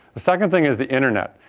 the second thing is the internet.